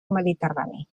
mediterrani